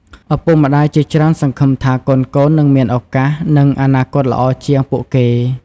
ឪពុកម្តាយជាច្រើនសង្ឃឹមថាកូនៗនឹងមានឱកាស និងអនាគតល្អជាងពួកគេ។